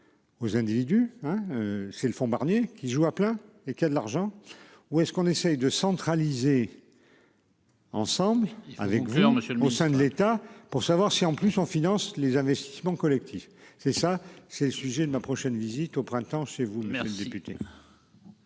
Aux individus hein c'est le fonds Barnier qui joue à plein et qui a de l'argent ou est-ce qu'on essaye de centraliser.-- Ensemble avec monsieur le mot sein de l'État pour savoir si en plus on finance les investissements collectifs c'est ça c'est le sujet de ma prochaine visite au printemps chez vous, monsieur le député.--